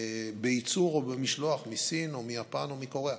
בייצור או במשלוח מסין או מיפן או מקוריאה,